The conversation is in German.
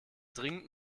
dringend